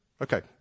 Okay